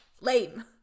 lame